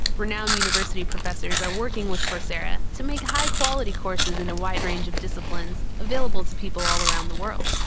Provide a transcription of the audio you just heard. renowned university professors are working with coursera to make high-quality courses in a wide range of disciplines, available to people all around the world.